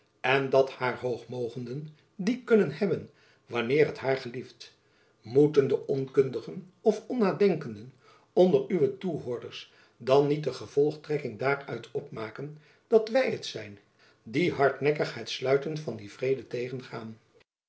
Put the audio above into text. en dat haar hoog mogenden die kunnen hebben wanneer het haar gelieft moeten de onkundigen of onnadenkenden onder uwe toehoorders dan niet de gevolgtrekking daaruit opmaken dat wy het zijn die hardnekkig het sluiten van dien vrede tegengaan